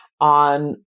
on